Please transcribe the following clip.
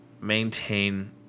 Maintain